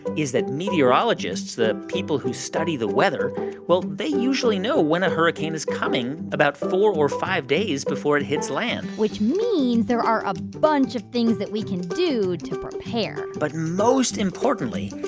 is that meteorologists the people who study the weather well, they usually know when a hurricane is coming about four or five days before it hits land. which means there are a bunch of things that we can do to prepare but most importantly,